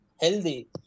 healthy